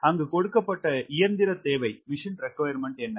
அங்கு கொடுக்கப்பட்ட இயந்திரத் தேவை என்ன